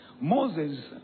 Moses